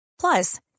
Plus